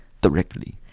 directly